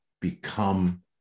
become